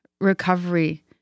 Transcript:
recovery